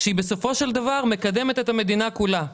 שבסופו של דבר מקדמת את המדינה כולה.